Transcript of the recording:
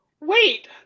Wait